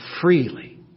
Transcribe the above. freely